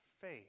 faith